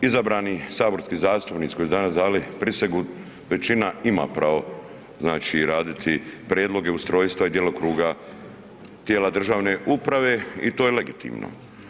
izabrani saborski zastupnici koji su danas dali prisegu, većina ima pravo znači raditi prijedloge, ustrojstva i djelokruga tijela državne uprave i to je legitimno.